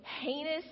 heinous